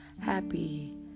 happy